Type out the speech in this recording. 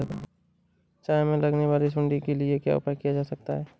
चना में लगने वाली सुंडी के लिए क्या उपाय किया जा सकता है?